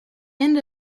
end